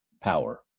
power